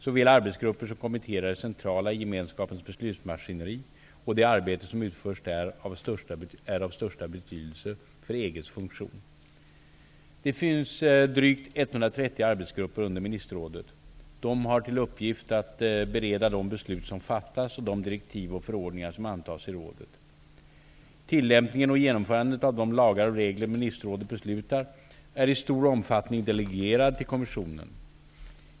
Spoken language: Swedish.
Såväl arbetsgrupper som kommittéer är centrala i Gemenskapens beslutsmaskineri, och det arbete som utförs där är av största betydelse för EG:s funktion. Det finns drygt 130 arbetsgrupper under ministerrådet. De har till uppgift att bereda de beslut som fattas och de direktiv och förordningar som antas i rådet. Tillämpningen och genomförandet av de lagar och regler ministerrådet beslutar är i stor omfattning delegerad till kommissionen.